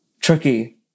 tricky